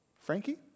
Frankie